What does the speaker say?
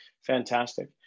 fantastic